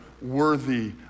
worthy